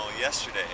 yesterday